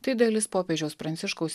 tai dalis popiežiaus pranciškaus